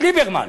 ליברמן.